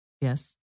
Yes